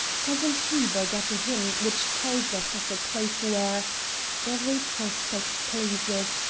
hasn't heber got a hymn which tells us of a place where every prospect pleases,